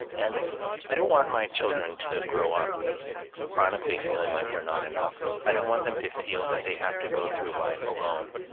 and i don't want my children to grow up chronically feeling like they're not enough. i don't want them to feel that they have to go through life alone,